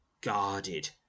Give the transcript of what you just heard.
guarded